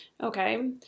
Okay